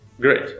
great